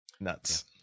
Nuts